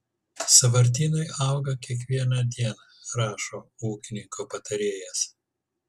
sąvartynai auga kiekvieną dieną rašo ūkininko patarėjas